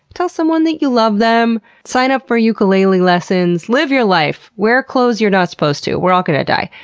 tell someone that you love them sign up for ukulele lessons. live your life. wear clothes you're not supposed to. we're all gonna die.